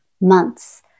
months